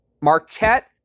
Marquette